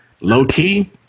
low-key